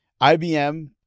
IBM